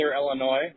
Illinois